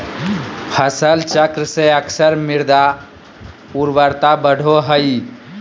फसल चक्र से अक्सर मृदा उर्वरता बढ़ो हइ